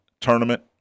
tournament